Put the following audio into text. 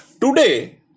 today